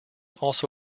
also